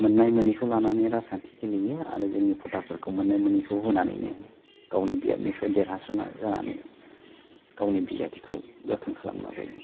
मोननाय मोनैखौ लानानै राजखान्थि गेलेयो आरो जोंनि भटार फोरखौ मोननाय मोनैखौ होनानैनो गावनि बियाबनिफ्राय देरहासारना जानानै गावनि बिजाथिखौ गोथों खालामनो नाजायो